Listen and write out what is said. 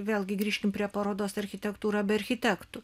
vėlgi grįžkim prie parodos architektūra be architektų